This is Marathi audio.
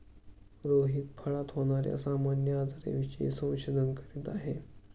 रोहित फळात होणार्या सामान्य आजारांविषयी संशोधन करीत आहे